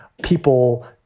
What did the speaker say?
people